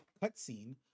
cutscene